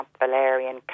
valerian